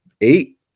eight